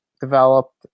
developed